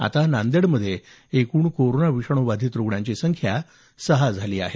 आता नांदेड मध्ये एकूण कोरोना विषाणू बाधित रूग्णांची संख्या सहा झाली आहे